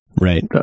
Right